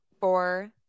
four